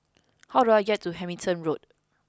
how do I get to Hamilton Road